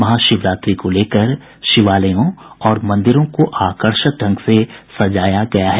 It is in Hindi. महाशिवरात्रि को लेकर शिवालयों और मंदिरों को आकर्षक ढंग से सजाया गया है